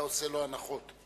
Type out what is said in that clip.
אתה עושה לו הנחות.